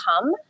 come